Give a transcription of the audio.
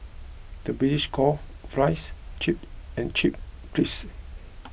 the British call Fries Chips and Chips Crisps